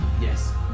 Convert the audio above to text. Yes